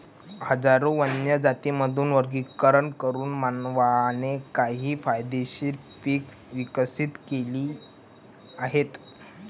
हजारो वन्य जातींमधून वर्गीकरण करून मानवाने काही फायदेशीर पिके विकसित केली आहेत